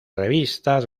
revistas